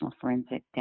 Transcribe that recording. Forensic